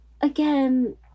again